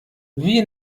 wie